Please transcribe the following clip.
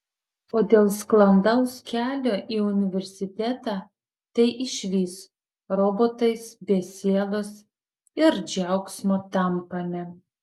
o dėl sklandaus kelio į universitetą tai išvis robotais be sielos ir džiaugsmo tampame